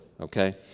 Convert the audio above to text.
okay